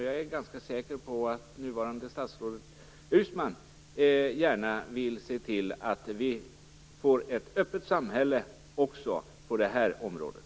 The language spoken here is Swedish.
Jag är ganska säker på att nuvarande statsrådet Uusmann gärna vill se till att vi får ett öppet samhälle också på det här området.